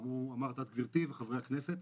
אמרת גברתי ואמרו חברי הכנסת,